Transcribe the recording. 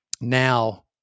Now